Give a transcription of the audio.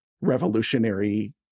revolutionary